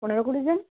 পনেরো কুড়ি জন